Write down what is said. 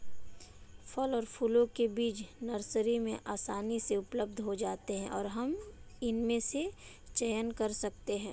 फल और फूलों के बीज नर्सरी में आसानी से उपलब्ध हो जाते हैं और हम इनमें से चयन कर सकते हैं